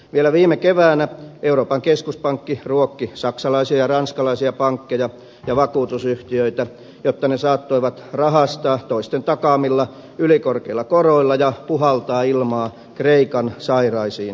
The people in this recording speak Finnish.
vielä viime keväänä euroopan keskuspankki ruokki saksalaisia ja ranskalaisia pankkeja ja vakuutusyhtiöitä jotta ne saattoivat rahastaa toisten takaamilla ylikorkeilla koroilla ja puhaltaa ilmaa kreikan sairaisiin keuhkoihin